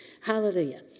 Hallelujah